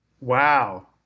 Wow